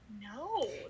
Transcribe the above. no